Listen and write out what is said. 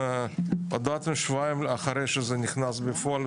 הודעתם שבועיים אחרי שזה נכנס בפועל.